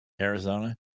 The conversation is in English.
arizona